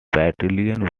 battalion